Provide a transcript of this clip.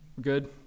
Good